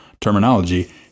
terminology